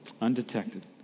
undetected